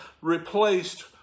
replaced